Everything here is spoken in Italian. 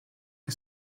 che